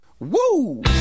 Woo